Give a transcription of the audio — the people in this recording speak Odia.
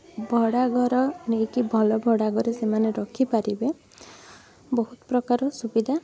ଭଡା ଘର ନେଇକି ଭଲ ଭଡା ଘରେ ସେମାନେ ରଖିପାରିବେ ବହୁତ ପ୍ରକାର ସୁବିଧା